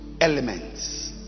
elements